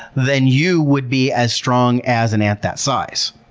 then you would be as strong as an ant that size.